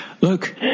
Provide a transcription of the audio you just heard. Look